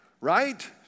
right